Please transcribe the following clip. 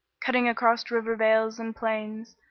cutting across river vales and plains,